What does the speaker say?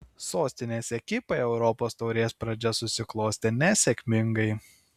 sostinės ekipai europos taurės pradžia susiklostė nesėkmingai